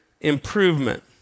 improvement